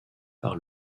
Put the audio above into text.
par